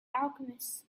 alchemist